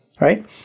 right